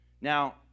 Now